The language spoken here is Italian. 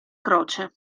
croce